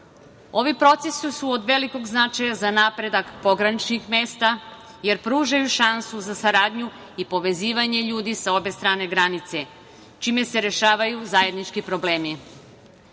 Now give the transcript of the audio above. procesi su od velikog značaja za napredak pograničnih mesta, jer pružaju šansu za saradnju i povezivanje ljudi sa obe strane granice, čime se rešavaju zajednički problemi.